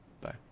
Bye